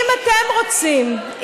אם אתם רוצים,